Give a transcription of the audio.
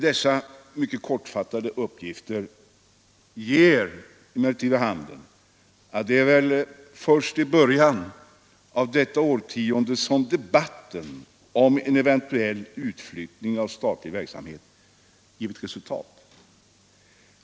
Dessa mycket kortfattade uppgifter ger vid handen att det är först i början av detta årtionde som debatten om en eventuell utflyttning av statlig verksamhet givit resultat.